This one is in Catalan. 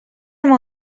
amb